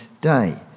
day